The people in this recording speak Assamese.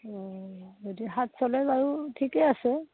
অ যদি সাতশ লয় বাৰু ঠিকে আছে